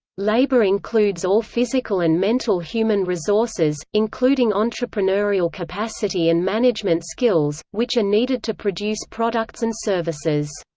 labor includes all physical and mental human resources, including entrepreneurial capacity and management skills, which are needed to produce products and services.